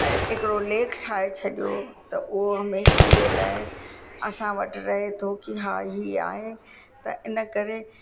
हिकिड़ो लेख ठाहे छॾिणो त उहो हमेशा जे लाइ असां वटि रहे थो की हा ही आहे त इन करे